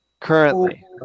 Currently